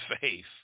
faith